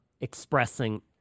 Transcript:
expressing